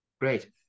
great